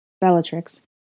Bellatrix